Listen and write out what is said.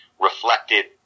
reflected